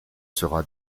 sera